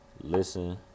Listen